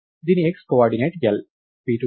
దీని x coordinate L